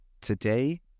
Today